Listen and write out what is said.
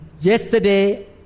Yesterday